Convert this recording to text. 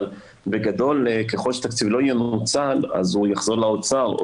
אבל בגדול ככל שהתקציב לא ינוצל הוא יחזור לאוצר,